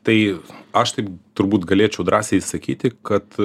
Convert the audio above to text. tai aš tai turbūt galėčiau drąsiai sakyti kad